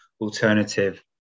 alternative